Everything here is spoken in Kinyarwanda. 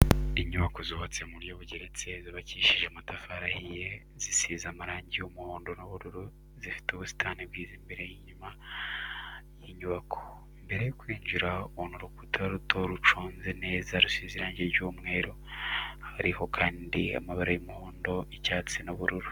Inyubako zubatse mu buryo bugeretse zubakishije amatafari ahiye, zisize amarangi y'umuhondo n'ubururu, zifite ubusitani bwiza imbere n'inyuma y'inyubako, mbere yo kwinjira ubona urukuta ruto ruconze neza rusize irangi ry'umweru, hariho kandi amabara y'umuhondo icyatsi n'ubururu.